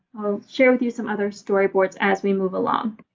i'll share with you some other storyboards as we move along.